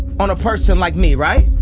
on a person like me, right?